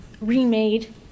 remade